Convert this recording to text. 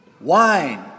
wine